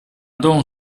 don